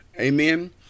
Amen